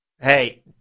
Hey